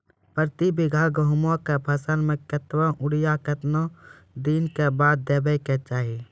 प्रति बीघा गेहूँमक फसल मे कतबा यूरिया कतवा दिनऽक बाद देवाक चाही?